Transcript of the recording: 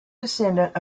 descendant